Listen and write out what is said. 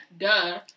Duh